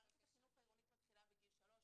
מערכת החינוך העירונית מתחיל מגיל שלוש,